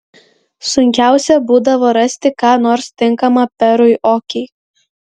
sunkiausia būdavo rasti ką nors tinkama perui okei